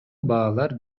баалар